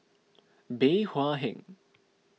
Bey Hua Heng